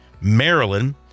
Maryland